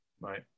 Right